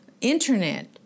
internet